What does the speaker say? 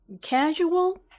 casual